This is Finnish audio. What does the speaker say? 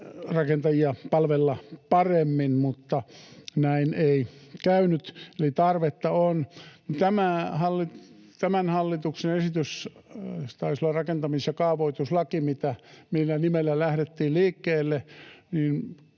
rakentajia palvella paremmin, mutta näin ei käynyt, eli tarvetta uudistamiselle on. Tämän hallituksen esityksen — se taisi olla rakentamis- ja kaavoituslaki, millä nimellä lähdettiin liikkeelle